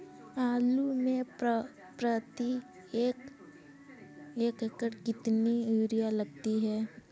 आलू में प्रति एकण कितनी यूरिया लगती है?